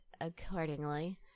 accordingly